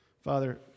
Father